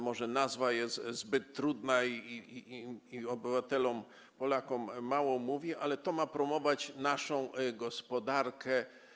Może nazwa jest zbyt trudna i obywatelom Polakom mało mówi, ale to ma promować naszą gospodarkę.